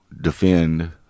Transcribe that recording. defend